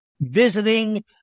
visiting